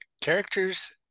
Characters